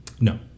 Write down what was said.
no